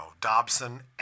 Dobson